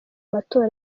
matora